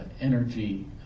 energy